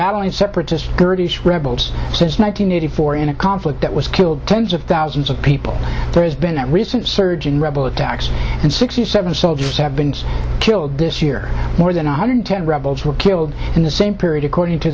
battling separatist kurdish rebels since nine hundred eighty four in a conflict that was killed tens of thousands of people there's been a recent surge in rebel attacks and sixty seven soldiers have been killed this year more than one hundred ten rebels were killed in the same period according to